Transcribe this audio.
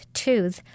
tooth